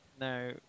No